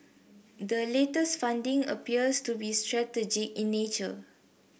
the latest funding appears to be strategic in nature